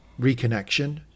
reconnection